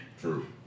True